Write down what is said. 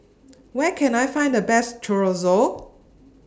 Where Can I Find The Best Chorizo